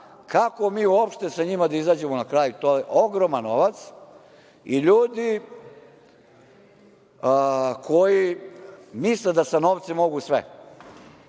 kako mi uopšte sa njima da izađemo na kraj, jer to je ogroman novac i ljudi koji misle da sa novcem mogu sve,